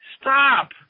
stop